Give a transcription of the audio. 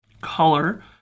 color